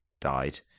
died